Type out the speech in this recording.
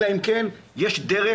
אלא אם כן יש דרך,